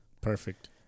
Perfect